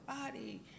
body